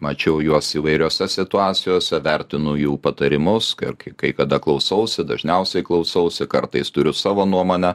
mačiau juos įvairiose situacijose vertinu jų patarimus kai ir kai kai kada klausausi dažniausiai klausausi kartais turiu savo nuomonę